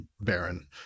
baron